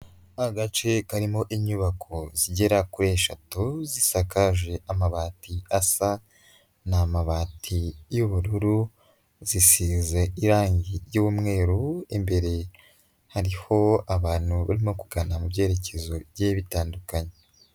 Agace karimo inyubako zigera kuri eshatu zisakaje amabati asa, ni amabati y'ubururu, zisize irangi ry'umweru, imbere hariho abantu barimo kugana mu byerekezo bigiye bitandukanye.